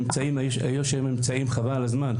היום יש אמצעים חבל על הזמן,